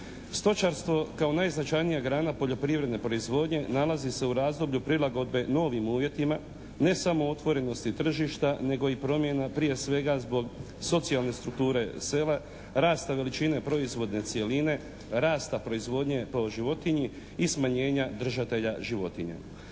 Stočarstvo kao najznačajnija grana poljoprivredne proizvodnje nalazi se u razdoblju prilagodbe novim uvjetima ne samo u otvorenosti tržišta nego i promjena prije svega zbog socijalne strukture sela, rasta veličine proizvodne cjeline, rasta proizvodnje po životinji i smanjenja držatelja životinja.